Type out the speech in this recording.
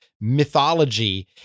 mythology